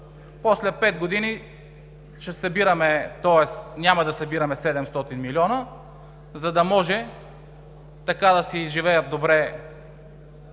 После пет години няма да събираме 700 милиона, за да може така да си живеят добре